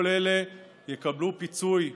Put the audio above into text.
כל אלה יקבלו פיצוי,